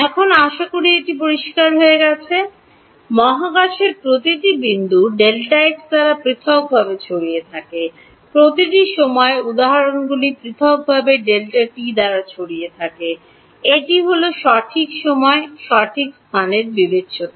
এখন আশা করি এটি পরিষ্কার হয়ে গেছে মহাকাশের প্রতিটি বিন্দু Δx দ্বারা পৃথকভাবে ছড়িয়ে থাকে প্রতিটি সময় উদাহরণগুলি পৃথকভাবে Δt দ্বারা ছড়িয়ে যায় এটি হল সঠিক স্থান এবং সময় বিবেচ্যতা